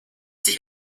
sich